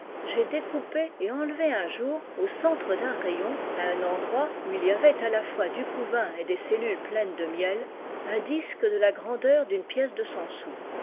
découpé et enlevé un jour au centre d'un rayon à un endroit où il y avait à la fois du couvain et des cellules pleines de miel un disque de la grandeur d'une pièce de cent sous